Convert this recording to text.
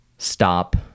stop